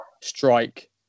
strike